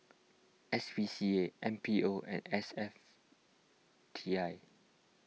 S P C A M P O and S F T I